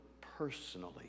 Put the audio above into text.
personally